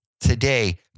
Today